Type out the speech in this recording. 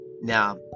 Now